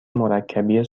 مرکبی